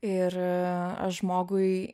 ir aš žmogui